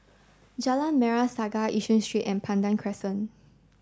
Jalan Merah Saga Yishun and Pandan Crescent